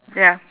ya